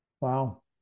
Wow